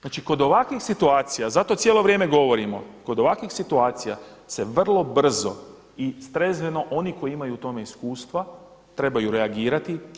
Znači kod ovakvih situacija, zato cijelo vrijeme govorimo, kod ovakvih situacija se vrlo brzo i trezveno oni koji imaju u tome iskustva trebaju reagirati.